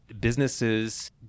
businesses